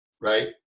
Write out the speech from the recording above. right